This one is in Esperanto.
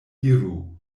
iru